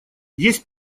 есть